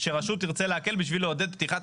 שרשות תרצה להקל בשביל לעודד פתיחת